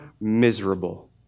miserable